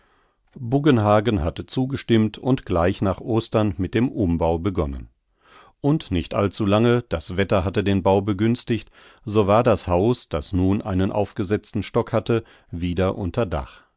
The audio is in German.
buggenhagen hatte zugestimmt und gleich nach ostern mit dem umbau begonnen und nicht allzu lange das wetter hatte den bau begünstigt so war das haus das nun einen aufgesetzten stock hatte wieder unter dach